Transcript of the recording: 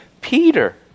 Peter